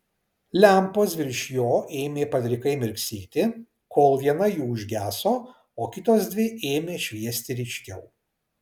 lempos virš jo ėmė padrikai mirksėti kol viena jų užgeso o kitos dvi ėmė šviesti ryškiau